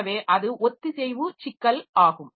எனவே அது ஒத்திசைவு சிக்கல் ஆகும்